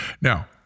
Now